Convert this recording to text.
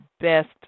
best